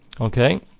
Okay